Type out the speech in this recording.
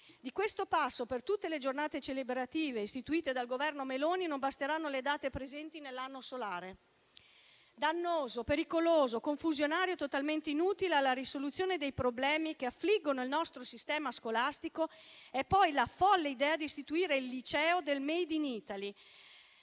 Di questo passo, per tutte le giornate celebrative istituite dal Governo Meloni non basteranno le date presenti nell'anno solare. Dannosa, pericolosa, confusionaria e totalmente inutile per la risoluzione dei problemi che affliggono il nostro sistema scolastico è poi la folle idea di istituire il liceo del *made in Italy,*